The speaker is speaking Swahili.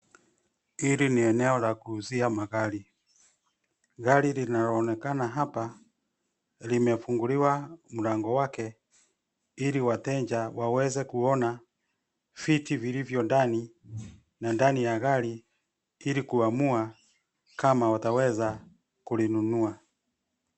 Hili ni eneo la kuuzia magari. Gari linalo onekana hapa limefunguliwa mlango wake ili wateja waweze kuona viti vilivyo ndani, na ndani ya gari ili kuamua kama wataweza kulinunua.